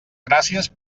gràcies